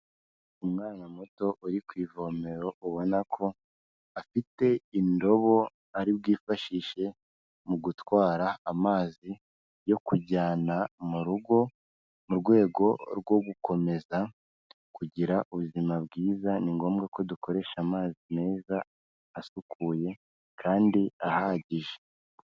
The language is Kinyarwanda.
Umwana muto uri ku ivomero ubona ko afite indobo ari bwifashishe mu gutwara amazi yo kujyana mu rugo, mu rwego rwo gukomeza kugira ubuzima bwiza ni ngombwa ko dukoresha amazi meza asukuye kandi ahagije.